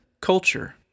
culture